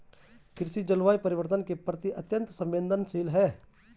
कृषि जलवायु परिवर्तन के प्रति अत्यंत संवेदनशील है